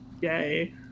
Yay